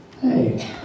hey